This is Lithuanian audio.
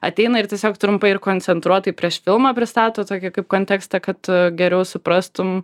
ateina ir tiesiog trumpai ir koncentruotai prieš filmą pristato tokį kaip kontekstą kad geriau suprastum